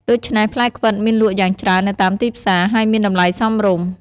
ដូច្នេះ ផ្លែខ្វិតមានលក់យ៉ាងច្រើននៅតាមទីផ្សារ ហើយមានតម្លៃសមរម្យ។